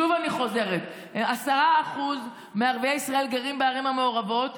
אני חוזרת: 10% מערביי ישראל גרים בערים המעורבות,